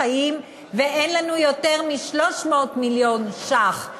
חיים ואין לנו יותר מ-300 מיליון ש"ח,